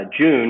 June